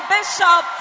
Bishop